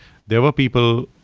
there were people